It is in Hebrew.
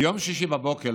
ביום שישי בבוקר,